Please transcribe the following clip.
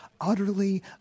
utterly